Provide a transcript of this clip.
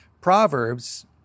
Proverbs